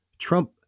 Trump